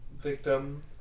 victim